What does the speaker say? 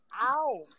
ow